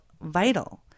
vital